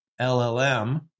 LLM